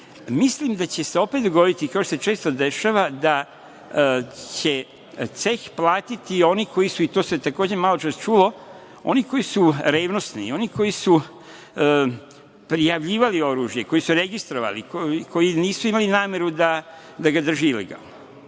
Mislim da će se opet govoriti, kao što se često dešava, da će ceh platiti oni koji su, i to se takođe maločas čulo, oni koji su revnosni, oni koji su prijavljivali oružje, koji su registrovali, koji nisu imali nameru da ga drže ilegalno.U